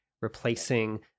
replacing